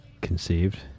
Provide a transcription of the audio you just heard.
conceived